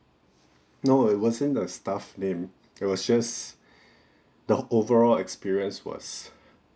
no it wasn't the staff name it was just the overall experience was